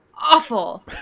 awful